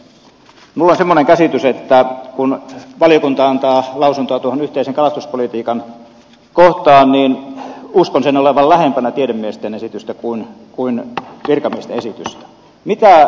minulla on semmoinen käsitys että kun valiokunta antaa lausuntoa tuohon yhteisen kalastuspolitiikan kohtaan niin uskon sen olevan lähempänä tiedemiesten esitystä kuin virkamiesten esitystä